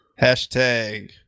hashtag